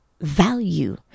value